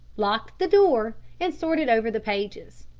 locked the door and sorted over the pages.